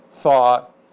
thought